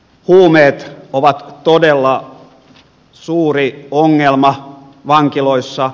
huumeet ovat todella suuri ongelma vankiloissa